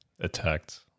Attacked